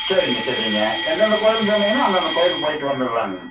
சரிங்க சரிங்க எந்தெந்த கோயிலுன்னு சொன்னிங்கன்னால் அந்தந்த கோயிலுக்கு போயிட்டு வந்துடலாங்கங்க